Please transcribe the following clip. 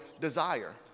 desire